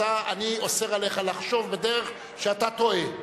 לבן-אדם, אני אוסר עליך לחשוב בדרך שאתה טועה.